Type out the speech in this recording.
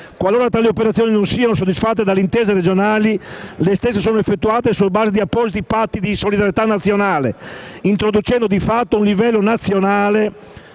Qualora tali operazioni non siano soddisfatte dalle intese regionali, le stesse sono effettuate sulla base di appositi patti di solidarietà nazionali, introducendo di fatto un livello nazionale